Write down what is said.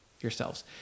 yourselves